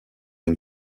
une